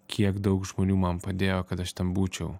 kiek daug žmonių man padėjo kad aš ten būčiau